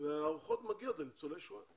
והארוחות מגיעות לניצולי שואה.